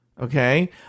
Okay